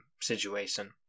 situation